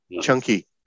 chunky